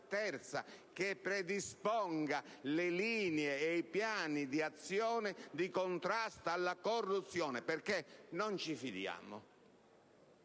terza, che predisponga le linee e i piani di azione di contrasto alla corruzione, perché non ci fidiamo.